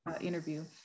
interview